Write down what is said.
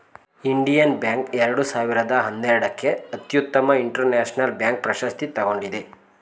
Indian bank ಎರಡು ಸಾವಿರದ ಹನ್ನೆರಡಕ್ಕೆ ಅತ್ಯುತ್ತಮ ಇಂಟರ್ನ್ಯಾಷನಲ್ ಬ್ಯಾಂಕ್ ಪ್ರಶಸ್ತಿ ತಗೊಂಡಿದೆ